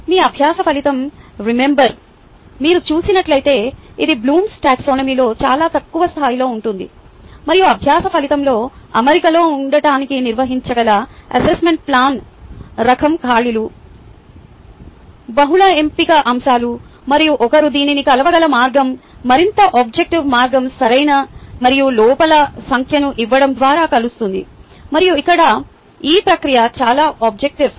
మీ అభ్యాస ఫలితం రిమెంబర్ మీరు చూసినట్లయితే ఇది బ్లూమ్స్ టాక్సానమీBloom's Taxonomyలో చాలా తక్కువ స్థాయిలో ఉంటుంది మరియు అభ్యాస ఫలితంతో అమరికలో ఉండటానికి నిర్వహించగల అసెస్మెంట్ ప్లాన్ రకం ఖాళీలు బహుళ ఎంపిక అంశాలు మరియు ఒకరు దీనిని కొలవగల మార్గం మరింత ఆబ్జెక్టివ్ మార్గం సరైన మరియు లోపాల సంఖ్యను ఇవ్వడం ద్వారా కొలుస్తుంది మరియు ఇక్కడ ఈ ప్రక్రియ చాలా ఆబ్జెక్టివ్